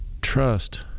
Trust